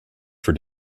for